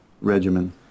regimen